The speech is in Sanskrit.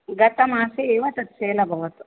गतमासे एव तत् सेल् अभवत्